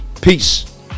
Peace